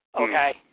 Okay